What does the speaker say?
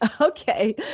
Okay